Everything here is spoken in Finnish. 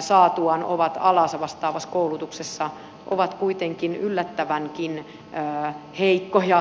saatuaan ovat alaansa vastaavassa koulutuksessa ovat kuitenkin yllättävänkin heikkoja